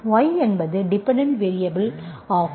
y என்பது dependent variable ஆகும்